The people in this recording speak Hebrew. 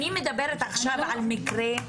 סליחה, אני מדברת עכשיו על מקרה,